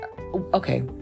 Okay